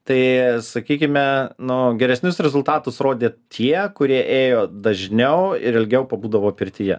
tai sakykime nu geresnius rezultatus rodė tie kurie ėjo dažniau ir ilgiau pabūdavo pirtyje